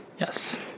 Yes